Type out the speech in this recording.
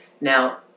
Now